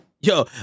Yo